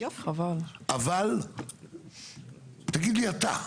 אבל תגיד לי אתה,